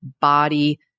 body